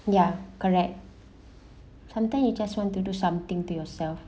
ya correct sometime you just want to do something to yourself